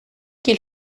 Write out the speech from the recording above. qu’il